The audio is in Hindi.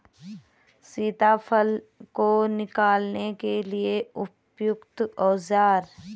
सीताफल को निकालने के लिए उपयुक्त औज़ार?